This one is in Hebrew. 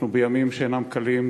אנחנו בימים שאינם קלים,